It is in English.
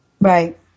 Right